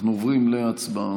אנחנו עוברים להצבעה.